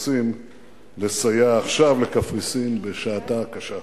עושים לסייע עכשיו לקפריסין בשעתה הקשה.